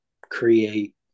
create